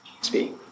speak